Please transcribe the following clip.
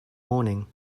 morning